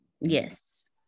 Yes